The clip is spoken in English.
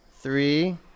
Three